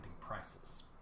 prices